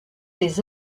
des